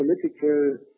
political